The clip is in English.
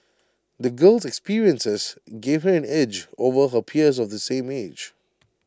the girl's experiences gave her an edge over her peers of the same age